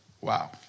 Wow